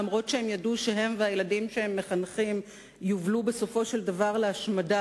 אף שהם ידעו שהם והילדים שהם מחנכים יובלו בסופו של דבר להשמדה,